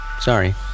Sorry